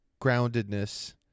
groundedness